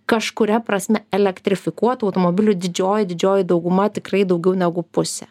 kažkuria prasme elektrifikuotų automobilių didžioji didžioji dauguma tikrai daugiau negu pusė